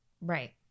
Right